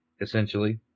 essentially